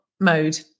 mode